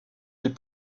des